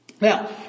Now